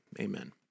amen